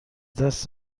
دست